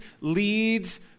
leads